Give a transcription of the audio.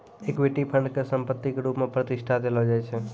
equity fund के संपत्ति के रुप मे प्रतिष्ठा देलो जाय छै